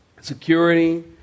security